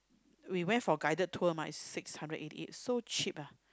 we went for guided tour mah is six hundred eighty eight so cheap ah